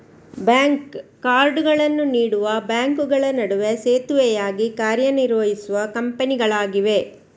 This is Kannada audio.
ಬ್ಯಾಂಕ್ ಕಾರ್ಡುಗಳನ್ನು ನೀಡುವ ಬ್ಯಾಂಕುಗಳ ನಡುವೆ ಸೇತುವೆಯಾಗಿ ಕಾರ್ಯ ನಿರ್ವಹಿಸುವ ಕಂಪನಿಗಳಾಗಿವೆ